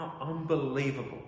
unbelievable